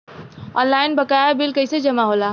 Online बकाया bill कैसे जमा होला?